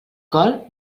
col